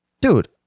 Dude